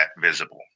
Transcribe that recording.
visible